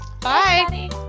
Bye